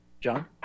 John